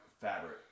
fabric